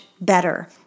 better